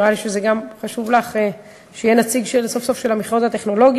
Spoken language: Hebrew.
אמרה לי שזה חשוב לה שיהיה סוף-סוף נציג של המכללות הטכנולוגיות.